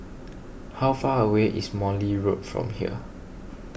how far away is Morley Road from here